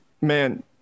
Man